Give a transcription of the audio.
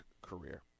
career